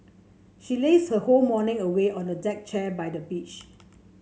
she lazed her whole morning away on a deck chair by the beach